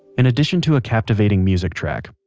in addition to a captivating music track,